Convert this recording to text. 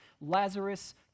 Lazarus